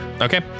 Okay